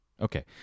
Okay